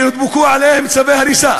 שהודבקו עליהם צווי הריסה.